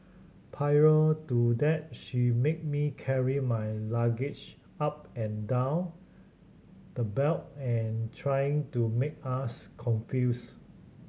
prior to that she made me carry my luggage up and down the belt and trying to make us confused